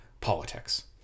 politics